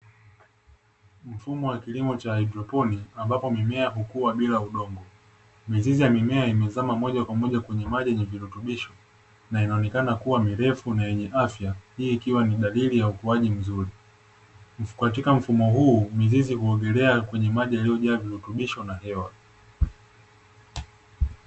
Mfumo wa kilimo cha haidroponi ambapo mimea hukuwa bila udongo, mizizi ya mimea imezama moja kwa moja kwenye maji yenye virutubisho, na inaonekana kuwa mirefu na yenye afya, hii ikiwa ni dalili ya ukuaji mzuri, katika mfumo huu mizizi huogelea kwenye maji yaliyojaa virutubisho na hewa.